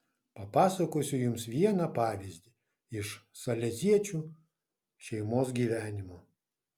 papasakosiu jums vieną pavyzdį iš saleziečių šeimos gyvenimo